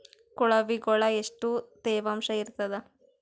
ಕೊಳವಿಗೊಳ ಎಷ್ಟು ತೇವಾಂಶ ಇರ್ತಾದ?